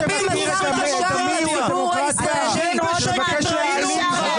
------ מבקש להעלים --- שב בשקט,